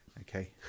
Okay